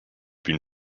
been